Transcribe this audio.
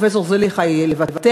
ההמלצה בדוח פרופסור זליכה היא לבטל.